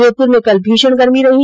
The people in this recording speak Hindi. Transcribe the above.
जोधपुर में कल भीषण गर्मी रही